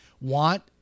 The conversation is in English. want